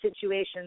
situations